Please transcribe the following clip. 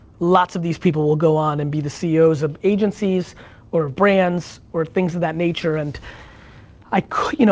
lots of these people will go on and be the ceos of agencies or brands, or things of that nature, and i could, you know